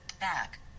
Back